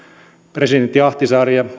presidentti ahtisaari ja